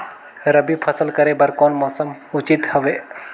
रबी फसल करे बर कोन मौसम उचित हवे?